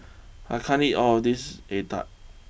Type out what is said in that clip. I can't eat all of this Egg Tart